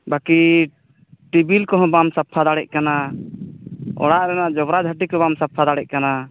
ᱵᱟᱹᱠᱤ ᱴᱮᱵᱤᱞ ᱠᱚᱦᱚᱸ ᱵᱟᱢ ᱥᱟᱯᱷᱟ ᱫᱟᱲᱮᱭᱟᱜ ᱠᱟᱱᱟ ᱚᱲᱟᱜ ᱨᱮᱱᱟᱜ ᱡᱚᱵᱽᱨᱟ ᱡᱷᱟᱹᱴᱤ ᱠᱚ ᱵᱟᱢ ᱥᱟᱯᱷᱟ ᱫᱟᱲᱮᱭᱟᱜ ᱠᱟᱱᱟ